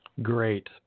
Great